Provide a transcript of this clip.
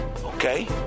Okay